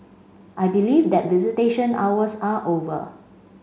I believe that visitation hours are over